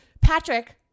Patrick